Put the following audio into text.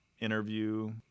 interview